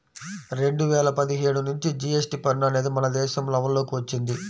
రెండు వేల పదిహేడు నుంచి జీఎస్టీ పన్ను అనేది మన దేశంలో అమల్లోకి వచ్చింది